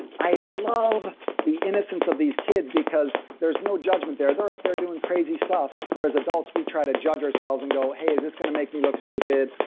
i love the innocence of these kids because there's no judgment there. they're up there doing crazy stuff, whereas adults, we try to judge ourselves and go, is this going to make me look stupid,